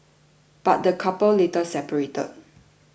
but the couple later separated